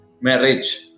marriage